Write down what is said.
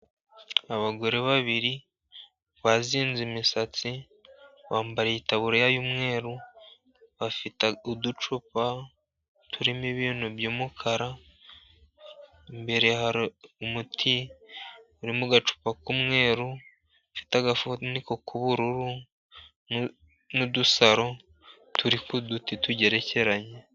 Abagore babiri bazinze imisatsi bambaye itaburiya y'umweru bafite uducupa turimo ibintu by'umukara, imbere hari umuti uri mu gacupa k'umweru ufite agafuniko k'ubururu n'udusaro turi ku duti tugerekeranye.